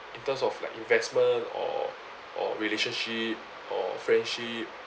in terms of like investment or or relationship or friendship